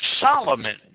Solomon